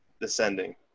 descending